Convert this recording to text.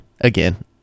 again